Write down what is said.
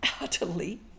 utterly